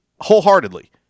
wholeheartedly